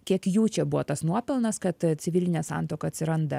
kiek jų čia buvo tas nuopelnas kad civilinė santuoka atsiranda